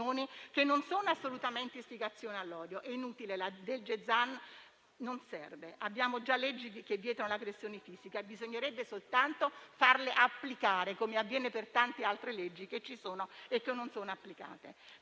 che non sono assolutamente istigazioni all'odio. È inutile: il disegno di legge Zan non serve; abbiamo già leggi che vietano l'aggressione fisica e bisognerebbe soltanto farle applicare, come avviene per tante altre, che ci sono e non vengono applicate.